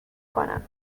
کنم